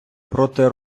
проти